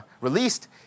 released